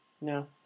No